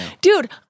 Dude